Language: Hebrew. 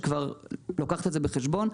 שכבר לוקחת את זה בחשבון.